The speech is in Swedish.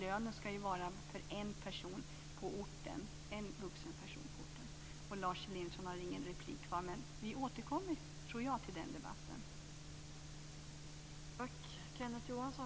Lönen ska ju vara för en vuxen person på orten. Lars Elinderson har ingen replik kvar, men jag tror att vi återkommer till den här debatten.